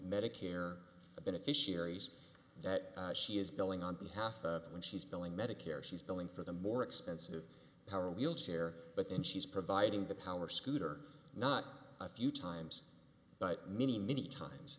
medicare beneficiaries that she is billing on behalf of when she's billing medicare she's going for the more expensive power wheelchair but then she's providing the power scooter not a few times but many many times